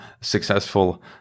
successful